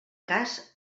cas